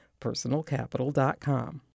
personalcapital.com